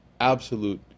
absolute